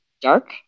dark